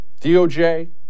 doj